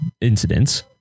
incidents